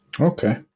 Okay